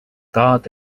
tahad